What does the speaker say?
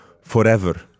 forever